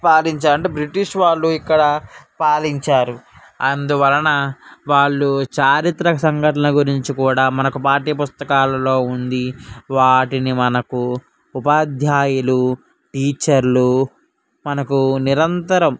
పాలించారు అంటే బ్రిటిష్ వాళ్ళు ఇక్కడ పాలించారు అందువలన వాళ్ళు చారిత్రక సంఘటనల గురించి కూడా మనకు పాఠ్య పుస్తకాలలో ఉంది వాటిని మనకు ఉపాధ్యాయులు టీచర్లు మనకు నిరంతరం